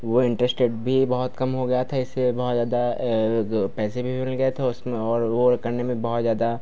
वह interest rate भी बहुत कम हो गया था इससे बहुत ज़्यादा पैसे भी मिल गए थे औ उसमें और वह करने में बहुत ज़्यादा